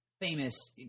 famous